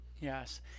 Yes